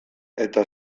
eta